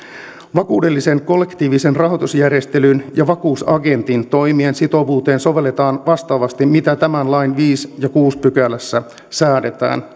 vakuudellisen kollektiivisen rahoitusjärjestelyn ja vakuusagentin toimien sitovuuteen sovelletaan vastaavasti mitä tämän lain viidennessä ja kuudennessa pykälässä säädetään